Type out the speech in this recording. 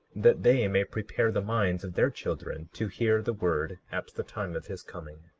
that they may prepare the minds of their children to hear the word at the time of his coming.